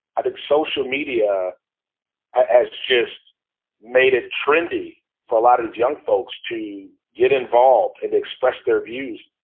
i think social media as just made it trendy for a lot of these young folks to get involved and express their views.